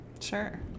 Sure